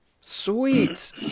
Sweet